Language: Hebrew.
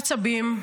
עצבים,